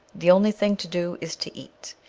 the only thing to do is to eat.